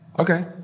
Okay